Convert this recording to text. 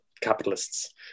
capitalists